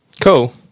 cool